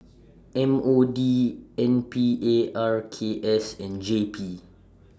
M O D N P A R K S and J P